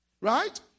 Right